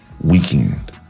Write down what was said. weekend